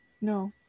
No